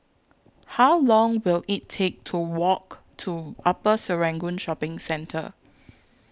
How Long Will IT Take to Walk to Upper Serangoon Shopping Centre